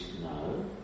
no